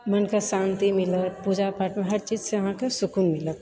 मन का शान्ति मिलत पूजा पाठसँ हरचीजसँ अहाँकेँ सुकून मिलत